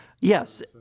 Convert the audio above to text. Yes